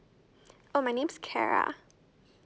oh my name is clara